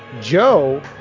Joe